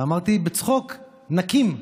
ואמרתי בצחוק: נקים.